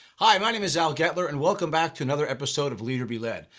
ah my name is al getler. and welcome back to another episode of leader be led.